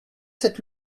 cette